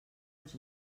els